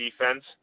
defense